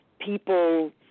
people